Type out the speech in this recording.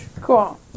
Cool